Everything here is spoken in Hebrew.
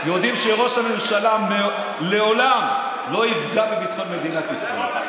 יודעים שראש הממשלה לעולם לא יפגע בביטחון מדינת ישראל.